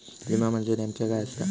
विमा म्हणजे नेमक्या काय आसा?